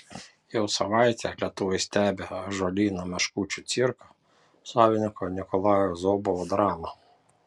jau savaitę lietuviai stebi ąžuolyno meškučių cirko savininko nikolajaus zobovo dramą